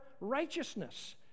righteousness